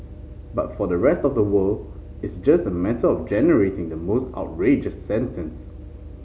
but for the rest of the world it's just a matter of generating the most outrageous sentence